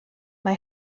mae